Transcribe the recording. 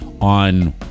on